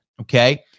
Okay